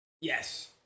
Yes